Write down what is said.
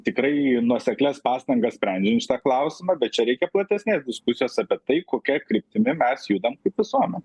tikrai nuoseklias pastangas sprendžiant šitą klausimą bet čia reikia platesnės diskusijos apie tai kokia kryptimi mes judam kaip visuomenė